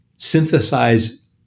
synthesize